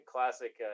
Classic